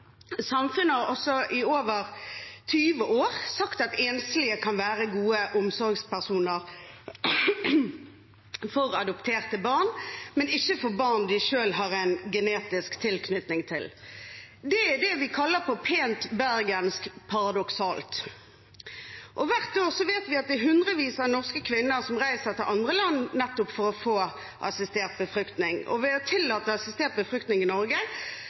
Samfunnet har også i over 20 år sagt at enslige kan være gode omsorgspersoner for adopterte barn, men ikke for barn de selv har en genetisk tilknytning til. Det er det vi på pent bergensk kaller paradoksalt. Vi vet at hundrevis av norske kvinner hvert år reiser til andre land nettopp for å få assistert befruktning, og ved å tillate assistert befruktning i Norge